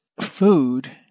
food